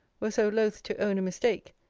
were so loth to own a mistake,